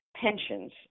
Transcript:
pensions